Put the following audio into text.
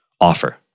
offer